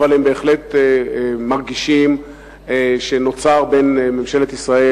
אבל הם בהחלט מרגישים שנוצרו בין ממשלת ישראל